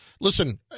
listen